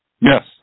Yes